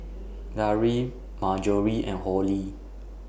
Darry Marjory and Holly